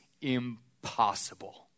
impossible